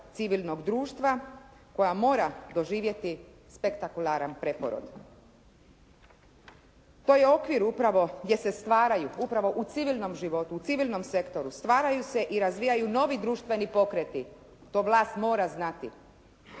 civilnog društva koja mora doživjeti spektakularan preporod. To je okvir gdje se stvaraju upravo u civilnom životu, u civilnom sektoru, stvaraju se i razvijaju novi društveni pokreti. To vlast mora znati.